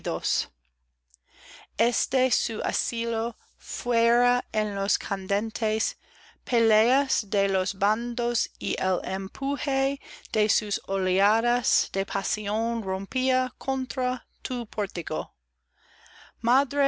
este su asilo fuera en las candentes peleas de los bandos y el empuje de sus oleadas de pasión rompía contra